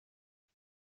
het